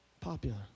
popular